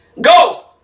Go